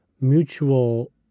mutual